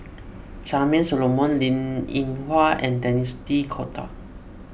Charmaine Solomon Linn in Hua and Denis D'Cotta